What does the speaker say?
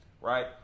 right